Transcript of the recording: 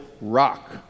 rock